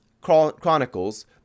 chronicles